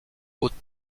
haute